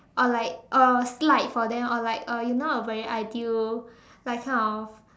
or like or slide for them or like uh you know a very ideal like kind of